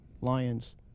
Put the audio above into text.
Lions